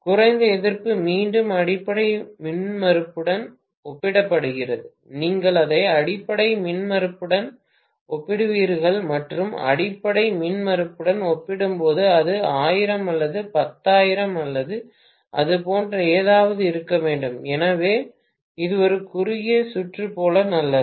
குறைந்த எதிர்ப்பு மீண்டும் அடிப்படை மின்மறுப்புடன் ஒப்பிடப்படுகிறது நீங்கள் அதை அடிப்படை மின்மறுப்புடன் ஒப்பிடுவீர்கள் மற்றும் அடிப்படை மின்மறுப்புடன் ஒப்பிடும்போது அது 1000 அல்லது 10000 அல்லது அது போன்ற ஏதாவது இருக்க வேண்டும் எனவே இது ஒரு குறுகிய சுற்று போல நல்லது